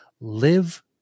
Live